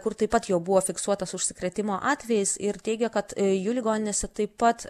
kur taip pat jau buvo fiksuotas užsikrėtimo atvejis ir teigia kad jų ligoninėse taip pat